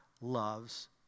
loves